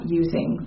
using